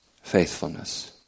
faithfulness